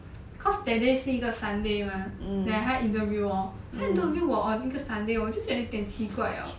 cause that day 是一个 sunday mah like 他 interview 我他 interview 我那个 sunday 我就觉得有一点奇怪 liao